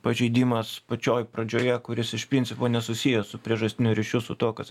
pažeidimas pačioj pradžioje kuris iš principo nesusijęs su priežastiniu ryšiu su tuo kas